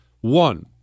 One